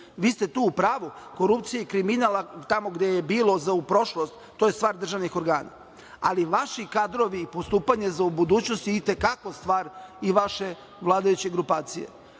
Vi ste tu u pravu – korupcija i kriminal tamo gde je bilo za u prošlost je stvar državnih organa, ali vaši kadrovi i postupanje za budućnost je i te kako stvar i vaše vladajuće grupacije. Na